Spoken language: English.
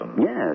Yes